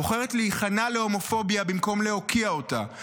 בוחרת להיכנע להומופוביה במקום להוקיע אותה.